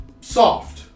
soft